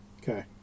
Okay